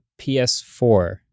PS4